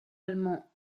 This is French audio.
allemand